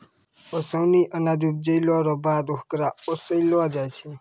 ओसानी अनाज उपजैला रो बाद होकरा ओसैलो जाय छै